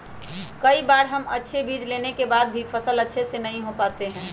कई बार हम अच्छे बीज लेने के बाद भी फसल अच्छे से नहीं हो पाते हैं?